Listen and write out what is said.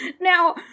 Now